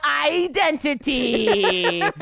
identity